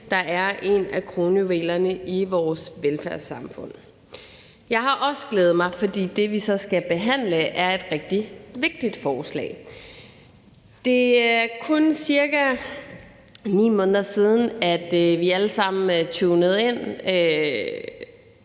der er en af kronjuvelerne i vores velfærdssamfund. Jeg har også glædet mig, fordi det, vi så skal behandle, er et rigtig vigtigt forslag. Det er kun ca. 9 måneder siden, vi alle sammen tunede ind